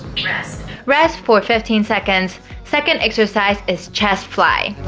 rest rest for fifteen seconds second exercise is chest fly